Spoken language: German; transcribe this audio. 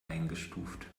eingestuft